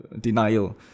denial